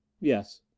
Yes